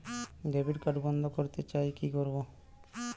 Debit card বন্ধ করতে চাই কি করব?